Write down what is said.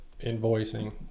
invoicing